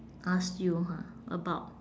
ask you ha about